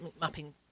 mapping